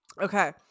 Okay